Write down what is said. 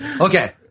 Okay